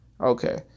Okay